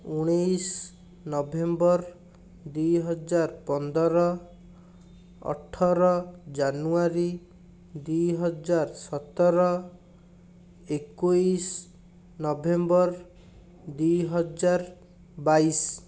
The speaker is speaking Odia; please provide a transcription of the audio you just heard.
ଉଣେଇଶ ନଭେମ୍ବର୍ ଦୁଇ ହଜାର ପନ୍ଦର ଅଠର ଜାନୁଆରୀ ଦୁଇ ହଜାର ସତର ଏକୋଇଶ ନଭେମ୍ବର୍ ଦୁଇ ହଜାର ବାଇଶ